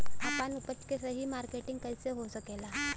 आपन उपज क सही मार्केटिंग कइसे हो सकेला?